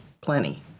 plenty